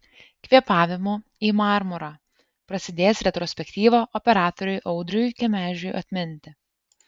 kvėpavimu į marmurą prasidės retrospektyva operatoriui audriui kemežiui atminti